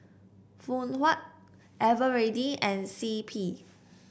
Phoon Huat Eveready and C P